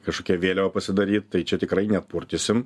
kažkokią vėliavą pasidaryt tai čia tikrai neatpurtysim